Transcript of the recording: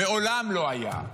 מעולם לא היו.